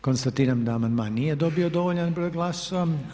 Konstatiram da amandman nije dobio dovoljan broj glasova.